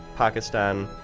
pakistan,